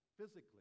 physically